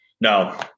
No